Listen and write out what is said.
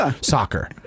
soccer